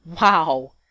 Wow